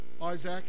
Isaac